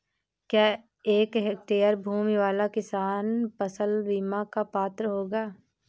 क्या एक हेक्टेयर भूमि वाला किसान फसल बीमा का पात्र होगा?